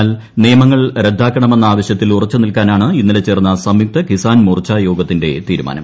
എന്നാൽ നിയമങ്ങൾ് റദ്ദാക്കണമെന്ന ആവശ്യത്തിൽ ഉറച്ചു നിൽക്കാനാണ് ഇന്നലെ ചേർന്ന സംയുക്ത കിസാൻ മോർച്ച യോഗത്തിന്റെ തീരുമാനം